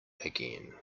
again